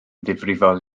ddifrifol